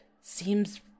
seems